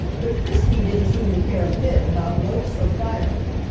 but frisky didn't seem to care a bit about ropes or firemen,